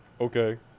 Okay